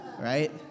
right